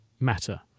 matter